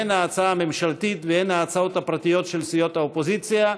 הן ההצעה הממשלתית והן ההצעות הפרטיות של סיעות האופוזיציה,